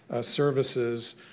services